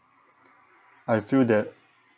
I feel that